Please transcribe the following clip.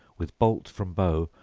with bolt from bow,